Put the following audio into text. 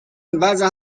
وضع